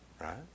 right